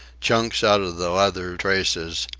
chunks out of the leather traces,